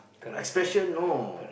I special no